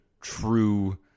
true